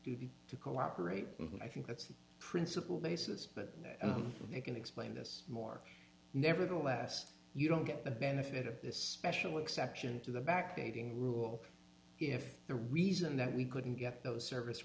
to cooperate i think that's the principle basis but it can explain this more nevertheless you don't get the benefit of this special exception to the back aging rule if the reason that we couldn't get those service